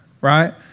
right